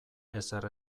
ezer